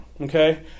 Okay